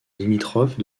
limitrophe